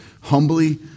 humbly